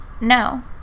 No